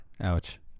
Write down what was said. ouch